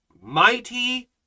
mighty